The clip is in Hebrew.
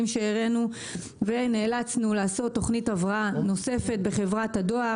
שהראינו ונאלצנו לעשות תוכנית הבראה נוספת בחברת הדואר.